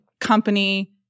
company